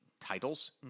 titles